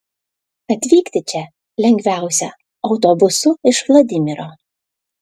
atvykti čia lengviausia autobusu iš vladimiro